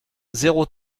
zéro